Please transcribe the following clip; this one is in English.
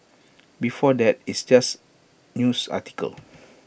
before that it's just news articles